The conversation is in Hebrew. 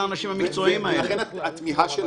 אני סומכת על אנשי האשראי של הבנק